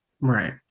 right